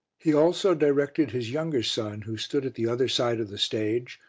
he also directed his younger son who stood at the other side of the stage,